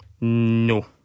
No